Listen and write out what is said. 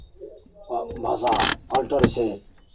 भ् भाषा अल्टर छै